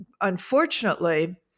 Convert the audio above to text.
unfortunately